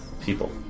People